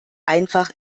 einfach